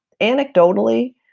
Anecdotally